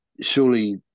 surely